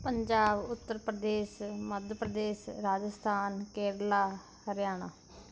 Punjab Uttar Pradesh Madhya Pradesh Rajasthan Kerala Haryana